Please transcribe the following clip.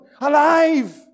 alive